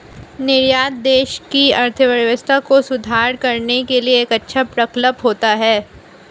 निर्यात देश की अर्थव्यवस्था को सुदृढ़ करने के लिए एक अच्छा प्रकल्प होता है